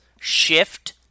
shift